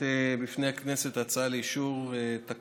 הוא מקוזז, את קולה של חברת הכנסת קרן ברק, מקוזז.